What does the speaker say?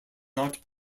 not